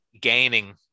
gaining